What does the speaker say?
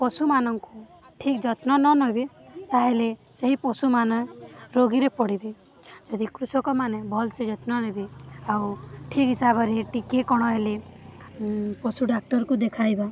ପଶୁମାନଙ୍କୁ ଠିକ ଯତ୍ନ ନ ନେବେ ତାହେଲେ ସେହି ପଶୁମାନେ ରୋଗୀରେ ପଡ଼ିବେ ଯଦି କୃଷକମାନେ ଭଲସେ ଯତ୍ନ ନେବେ ଆଉ ଠିକ୍ ହିସାବରେ ଟିକେ କ'ଣ ହେଲେ ପଶୁ ଡାକ୍ତରକୁ ଦେଖାଇବା